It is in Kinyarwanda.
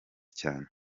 cyane